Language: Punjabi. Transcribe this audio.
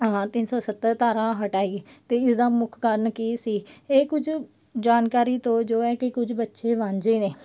ਤਿੰਨ ਸੌ ਸੱਤਰ ਧਾਰਾ ਹਟਾਈ ਅਤੇ ਇਸਦਾ ਮੁੱਖ ਕਾਰਨ ਕੀ ਸੀ ਇਹ ਕੁਝ ਜਾਣਕਾਰੀ ਤੋਂ ਜੋ ਹੈ ਕਿ ਕੁਝ ਬੱਚੇ ਵਾਂਝੇ ਨੇ